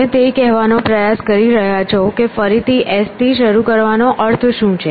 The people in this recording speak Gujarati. તમે તે કહેવાનો પ્રયાસ કરી રહ્યા છો કે ફરીથી s થી શરૂ કરવાનો અર્થ શું છે